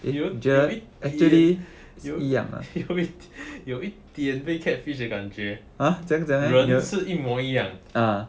eh 有一 有一点被 catfish 的感觉人真是一模一样